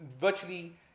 virtually